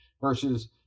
versus